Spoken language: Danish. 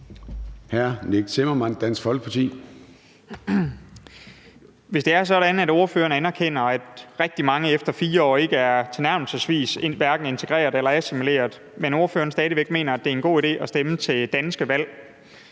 Nick Zimmermann (DF): Hvis det er sådan, at ordføreren anerkender, at rigtig mange efter 4 år ikke tilnærmelsesvis er integreret eller assimileret, men at ordføreren stadig væk mener, at det er en god idé at kunne stemme til danske valg,